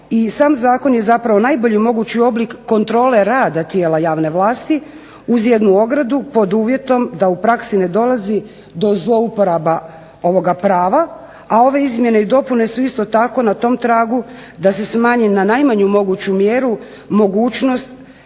sam zakon je zapravo najbolji mogući oblik kontrole rada tijela javne vlasti uz jednu ogradu pod uvjetom da u praksi ne dolazi do zlouporaba ovoga prava, a ove izmjene i dopune su isto tako na tom tragu da se smanji na najmanju moguću mjeru mogućnost